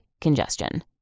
congestion